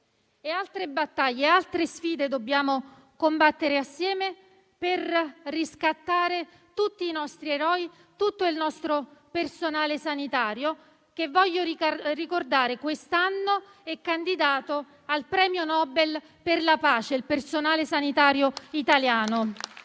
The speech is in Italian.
Altre battaglie e sfide dobbiamo combattere assieme per riscattare tutti i nostri eroi, tutto il nostro personale sanitario che - lo voglio ricordare - quest'anno è candidato al premio Nobel per la pace (mi riferisco al personale sanitario italiano).